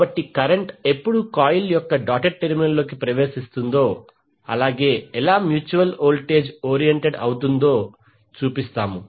కాబట్టి కరెంట్ ఎప్పుడు కాయిల్ యొక్క డాటెడ్ టెర్మినల్లోకి ప్రవేశిస్తుందో అలాగే ఎలా మ్యూచువల్ వోల్టేజ్ ఓరియంటెడ్ అవుతుందో చూపిస్తాము